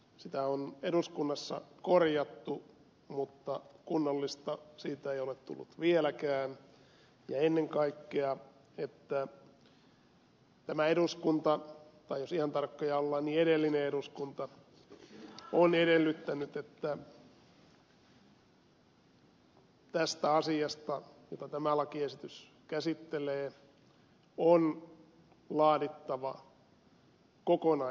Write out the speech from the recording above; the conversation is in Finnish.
sitä on eduskunnassa korjattu mutta kunnollista siitä ei ole tullut vieläkään ja ennen kaikkea tämä eduskunta tai jos ihan tarkkoja ollaan niin edellinen eduskunta on edellyttänyt että tästä asiasta jota tämä lakiesitys käsittelee on laadittava kokonaisesitys